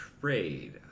trade